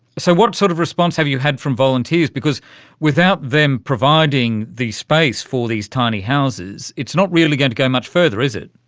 so what sort of response have you had from volunteers? because without them providing the space for these tiny houses it's not really going to go much further, is it.